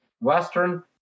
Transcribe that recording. Western